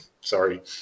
Sorry